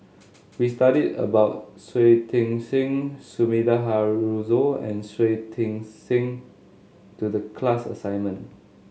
we studied about Shui Tit Sing Sumida Haruzo and Shui Tit Sing to the class assignment